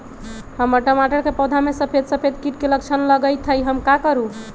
हमर टमाटर के पौधा में सफेद सफेद कीट के लक्षण लगई थई हम का करू?